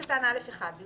אתה גורר את זה.